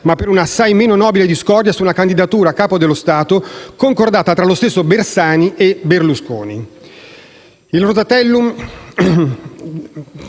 ma per una assai meno nobile discordia sulla candidatura a Capo dello Stato, concordata tra lo stesso Bersani e Berlusconi. Concludendo,